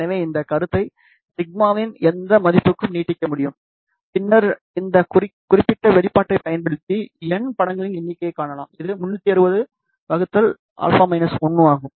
எனவே இந்த கருத்தை σ இன் எந்த மதிப்புக்கும் நீட்டிக்க முடியும் பின்னர் இந்த குறிப்பிட்ட வெளிப்பாட்டைப் பயன்படுத்தி n படங்களின் எண்ணிக்கையைக் காணலாம் இது 360 α 1 ஆகும்